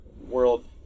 world